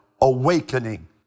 awakening